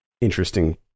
interesting